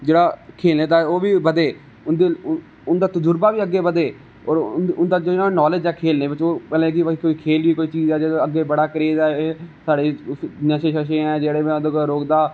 जेहड खेलने दा ओ बी बधे उंदा तूजर्बा बी अग्गे बधे और उंदा जेहडा नाॅलेज ऐ खेलने बिच मतलब कि कोई खैल बी कोई चीज ऐ खेल दा बडा क्रेज ऐ साडी नशे है जेहडे उंदी